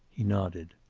he nodded.